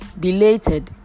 belated